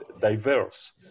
diverse